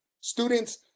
Students